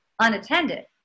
unattended